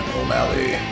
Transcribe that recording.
O'Malley